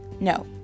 No